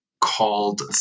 called